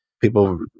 people